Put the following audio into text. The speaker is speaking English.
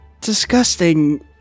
disgusting